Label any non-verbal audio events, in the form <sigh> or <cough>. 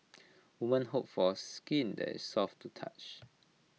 <noise> women hope for A skin that is soft to touch